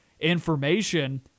information